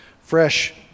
fresh